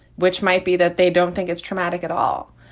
which might be that they don't think it's traumatic at all.